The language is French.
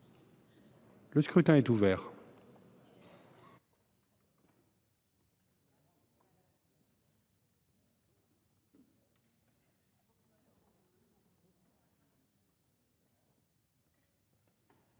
Le scrutin est ouvert.